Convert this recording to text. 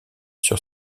sur